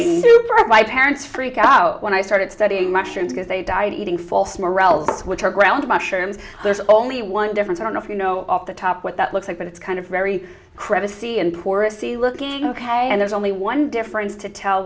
for my parents freak out when i started studying mushrooms because they died eating false morels which are ground mushrooms there's only one difference i don't know if you know off the top what that looks like but it's kind of very crevasse c and poorest c looking ok and there's only one difference to tell